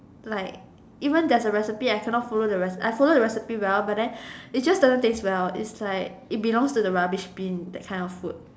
like even there's a recipe I cannot follow the recipe I follow the recipe well but then it just doesn't taste well its like it belongs to the rubbish Bin that kind of food